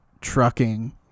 trucking